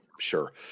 sure